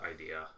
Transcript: idea